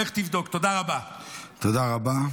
לגמרי,